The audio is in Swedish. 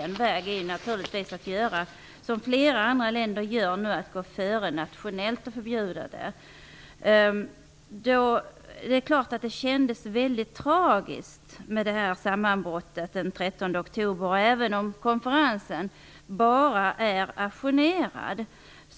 En väg är naturligtvis att göra som flera andra länder gör nu: gå före nationellt och förbjuda det. Det kändes väldigt tragiskt med sammanbrottet den 13 oktober. Även om konferensen bara är ajournerad